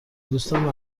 دوستم